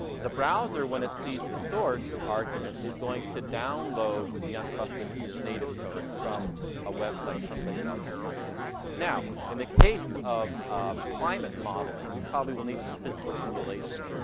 the browser, when it sees the source argument, is going to download the untrusted native code from a website someplace on the internet. now, in the case of climate modeling, we probably will need some physical simulation.